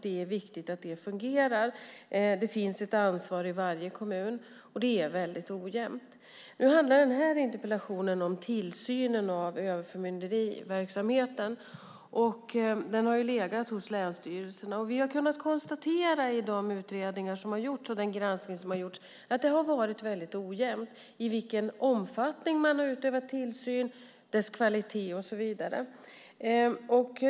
Det är viktigt att det fungerar. Det finns ett ansvar i varje kommun, och det är mycket ojämnt. Den här interpellationen handlar om tillsynen av överförmynderiverksamheten. Den har legat hos länsstyrelserna. I de utredningar och den granskning som har gjorts har vi kunnat konstatera att det har varit mycket ojämnt när det gäller i vilken omfattning man har utövat tillsyn, dess kvalitet och så vidare.